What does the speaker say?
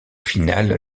final